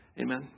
Amen